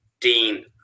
Dean